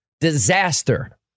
disaster